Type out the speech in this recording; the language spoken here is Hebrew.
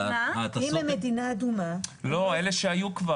אלה שהיו,